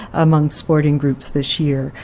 amongst sporting groups this year.